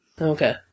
Okay